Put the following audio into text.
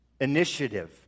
initiative